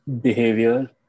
behavior